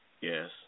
Yes